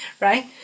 right